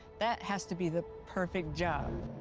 that has to be the perfect job.